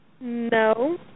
No